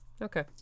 Okay